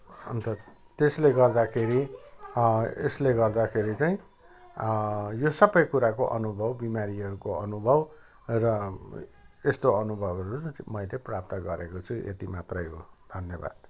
अन्त त्यसले गर्दाखेरि यसले गर्दाखेरी चाहिँ यो सबै कुराको अनुभव बिमारीहरूको अनुभव र यस्तो अनुभवहरू चाहिँ मैले प्राप्त गरेको छु यति मात्रै हो धन्यवाद